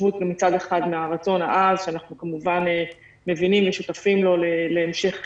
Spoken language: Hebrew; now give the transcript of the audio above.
בהתחשבות מצד אחד ברצון העז שאנחנו כמובן מבינים ושותפים לו להמשך